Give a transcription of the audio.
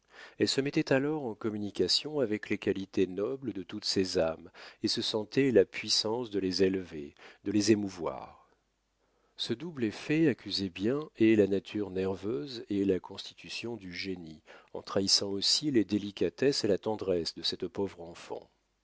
elle se mettait alors en communication avec les qualités nobles de toutes ces âmes et se sentait la puissance de les élever de les émouvoir ce double effet accusait bien et la nature nerveuse et la constitution du génie en trahissant aussi les délicatesses et la tendresse de cette pauvre enfant